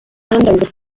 andover